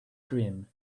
dream